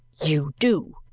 you do,